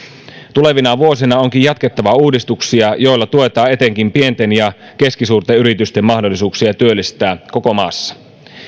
tulevina vuosina onkin jatkettava uudistuksia joilla tuetaan etenkin pienten ja keskisuurten yritysten mahdollisuuksia työllistää koko maassa